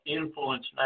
influence